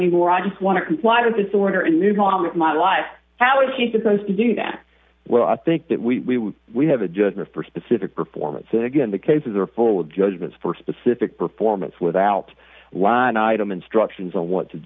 anymore i just want to comply with disorder and move on with my life how is he supposed to do that well i think that we we have a judgment for specific performance and again the cases are full of judgments for specific performance without line item instructions on what to